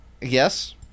Yes